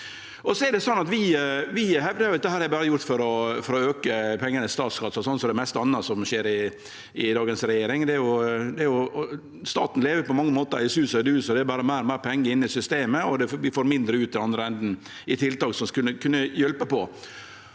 berre er gjort for å auke pengane til statskassa, slik som det meste anna som skjer med dagens regjering. Staten lever på mange måtar i sus og dus, det går berre meir og meir pengar inn i systemet, og vi får mindre ut i andre enden i tiltak som ville kunne hjelpe på.